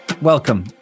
welcome